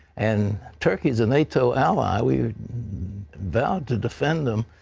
and turkey is a nato ally. we vow to defend them.